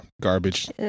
garbage